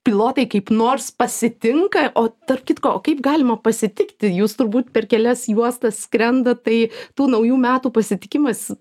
pilotai kaip nors pasitinka o tarp kitko o kaip galima pasitikti jūs turbūt per kelias juostas skrendat tai tų naujų metų pasitikimas